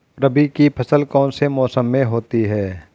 रबी की फसल कौन से मौसम में होती है?